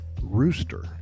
rooster